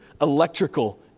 electrical